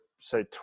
say